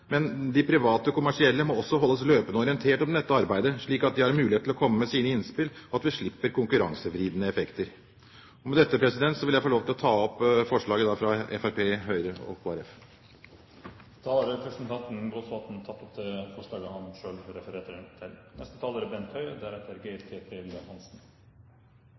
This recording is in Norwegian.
men de private kommersielle må også holdes løpende orientert om dette arbeidet, slik at de har en mulighet til å komme med sine innspill, og at vi slipper konkurransedrivende effekter. Med dette vil jeg få ta opp forslaget fra Fremskrittspartiet, Høyre og Kristelig Folkeparti. Representanten Jon Jæger Gåsvatn har tatt opp det forslaget han refererte til. Når en hører historien om det norske velferdssamfunnet, kan en av og til få det inntrykk at det er